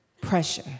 pressure